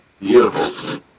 Beautiful